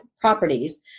properties